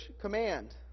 command